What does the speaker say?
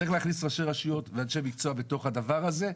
צריך להכניס ראשי רשויות ואנשי מקצוע בתוך הדבר הזה,